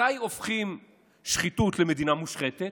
מתי הופכת שחיתות למדינה מושחתת?